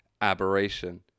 aberration